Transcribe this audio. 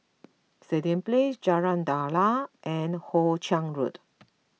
Stadium Place Jalan Daliah and Hoe Chiang Road